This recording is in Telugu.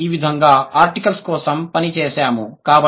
మనం ఈ విధంగా ఆర్టికల్స్ కోసం పని చేశాము